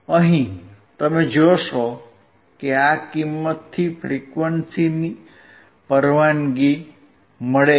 અહીં તમે જોશો કે તે આ કિંમતથી ફ્રીક્વંસીની પરવાનગી આપે છે